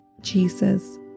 Jesus